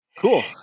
Cool